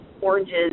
oranges